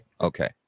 Okay